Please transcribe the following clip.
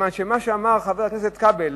מכיוון שמה שאמר חבר הכנסת כבל,